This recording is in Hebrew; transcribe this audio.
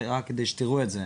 רק כדי שתראו את זה: